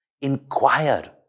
inquire